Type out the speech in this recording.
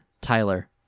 Tyler